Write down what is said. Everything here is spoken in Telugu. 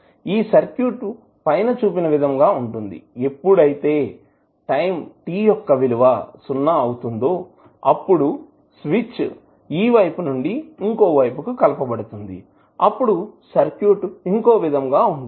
ఈ సర్క్యూట్ పైన చూపిన విధంగా ఉంటుంది ఎప్పుడైతే టైం t యొక్క విలువ సున్నా అవుతుందో అప్పుడు స్విచ్ ఈ వైపు నుండి ఇంకో వైపు కి కలపబడుతుంది అప్పుడు సర్క్యూట్ ఇంకో విధంగా ఉంటుంది